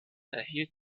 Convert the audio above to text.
erhielt